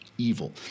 evil